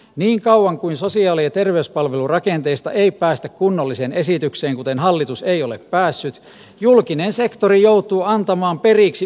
niin kauan kuin sosiaali ja terveyspalvelurakenteista ei päästä kunnolliseen esitykseen kuten hallitus ei ole päässyt julkinen sektori joutuu antamaan periksi ulkoistamisen paineelle